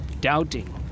doubting